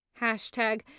Hashtag